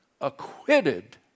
acquitted